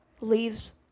leaves